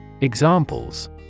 Examples